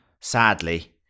Sadly